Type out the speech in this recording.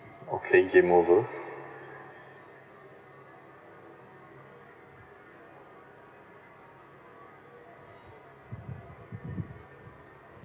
okay game over